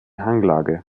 hanglage